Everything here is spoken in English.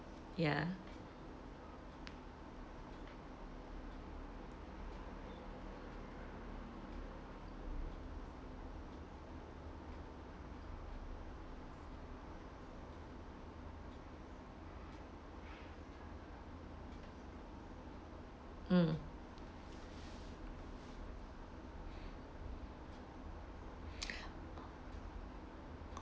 ya mm